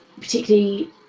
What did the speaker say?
particularly